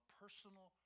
personal